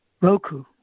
roku